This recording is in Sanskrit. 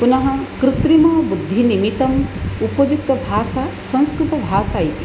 पुनः कृत्रिमबुद्धिनिमित्तम् उपयुक्तभाषा संस्कृतभाषा इति